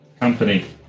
Company